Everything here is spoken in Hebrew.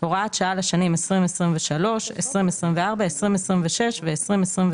- "הוראת שעה לשנים 2023, 2024, 2026 ו-2027.